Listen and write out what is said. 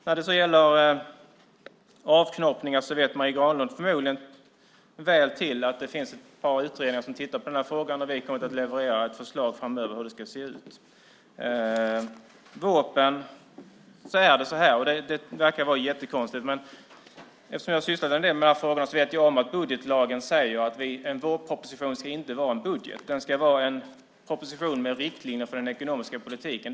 Marie Granlund känner förmodligen väl till att det finns ett par utredningar som tittar på frågan om avknoppningar. Vi kommer att leverera ett förslag på hur det ska se ut framöver. Det här verkar vara jättekonstigt, men eftersom jag har sysslat en del med de här frågorna vet jag att budgetlagen säger att en vårproposition inte ska vara en budget. Den ska vara en proposition med riktlinjer för den ekonomiska politiken.